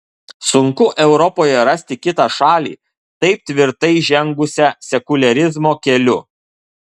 sunku europoje rasti kitą šalį taip tvirtai žengusią sekuliarizmo keliu